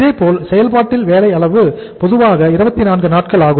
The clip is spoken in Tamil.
இதேபோல் செயல்பாட்டில் வேலை கால அளவு பொதுவாக 24 நாட்கள் ஆகும்